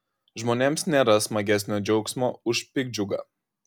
žmonėms nėra smagesnio džiaugsmo už piktdžiugą